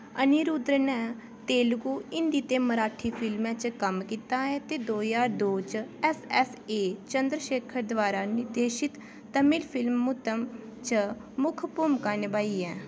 अनिरुद्ध नै तेलुगु हिंदी ते मराठी फिल्में च कम्म कीता ऐ ते दो ज्हार दो च ऐस्सऐस्सए चंद्रशेखर द्वारा निर्देशित तमिल फिल्म मुत्तम च मुक्ख भूमका निभाई ऐ